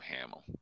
Hamill